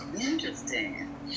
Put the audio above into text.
Interesting